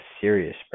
serious